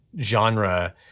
genre